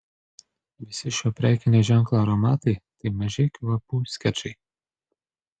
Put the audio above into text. visi šio prekinio ženklo aromatai tai maži kvapų skečai